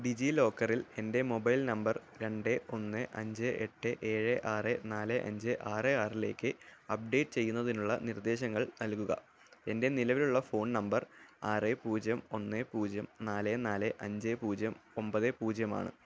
ഡിജി ലോക്കറിൽ എന്റെ mobile number രണ്ട് ഒന്ന് അഞ്ച് എട്ട് ഏഴ് ആറ് നാല് അഞ്ച് ആറ് ആറിലേക്ക് അപ്ഡേറ്റ് ചെയ്യുന്നതിനുള്ള നിർദ്ദേശങ്ങൾ നൽകുക എന്റെ നിലവിലുള്ള ഫോൺ നമ്പർ ആറ് പൂജ്യം ഒന്ന് പൂജ്യം നാല് നാല് അഞ്ച് പൂജ്യം ഒമ്പത് പൂജ്യമാണ്